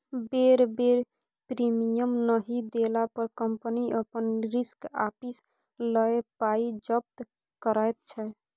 बेर बेर प्रीमियम नहि देला पर कंपनी अपन रिस्क आपिस लए पाइ जब्त करैत छै